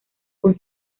con